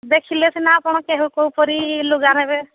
ଦେଖିଲେ ସିନା କ'ଣ କୋଉ ପରି ଲୁଗା ନେବେ